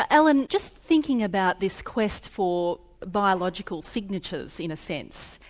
ah alan, just thinking about this quest for biological signatures, in a sense,